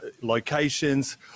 locations